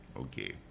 Okay